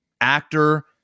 actor